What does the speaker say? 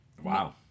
wow